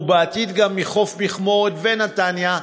ובעתיד גם מחופי מכמורת ונתניה,